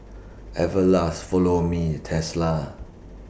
Everlast Follow Me Tesla